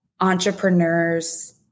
entrepreneurs